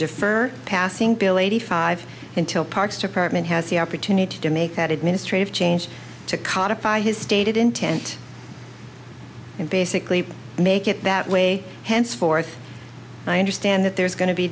defer passing bill eighty five until parks department has the opportunity to make that administrative change to codified his stated intent and basically make it that way henceforth i understand that there's go